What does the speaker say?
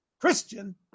Christian